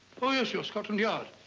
oh yes, you're scotland yard.